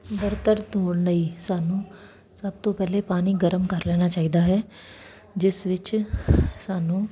ਬਰਤਨ ਧੋਣ ਲਈ ਸਾਨੂੰ ਸਭ ਤੋਂ ਪਹਿਲੇ ਪਾਣੀ ਗਰਮ ਕਰ ਲੈਣਾ ਚਾਹੀਦਾ ਹੈ ਜਿਸ ਵਿੱਚ ਸਾਨੂੰ